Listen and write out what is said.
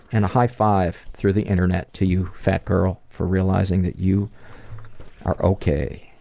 and a high-five through the internet to you, fat girl, for realizing that you are okay,